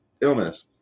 illness